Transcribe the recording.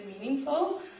meaningful